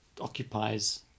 occupies